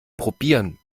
probieren